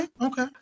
okay